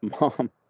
mom